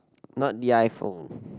not the iPhone